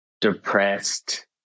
depressed